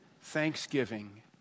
thanksgiving